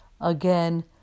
again